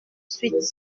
suite